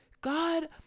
God